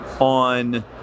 on